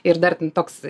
ir dar ten toks